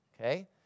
okay